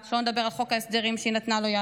שלא נדבר על חוק ההסדרים שהיא נתנה לו יד,